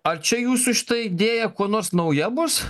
ar čia jūsų šita idėja kuo nors nauja bus